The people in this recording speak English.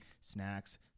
Snacks